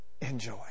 Enjoy